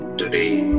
today